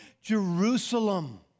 Jerusalem